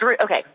Okay